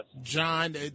John